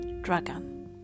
Dragon